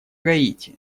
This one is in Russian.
гаити